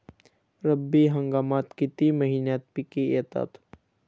रब्बी हंगामात किती महिन्यांत पिके येतात?